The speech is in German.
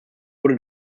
wurde